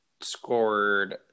scored